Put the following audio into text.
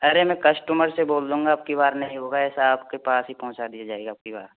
अरे मैं कस्टमर से बोल दूँगा आपकी बार नहीं होगा ऐसा आपके पास ही पहुँचा दिया जाएगा अब की बार